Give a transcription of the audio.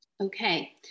Okay